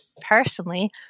personally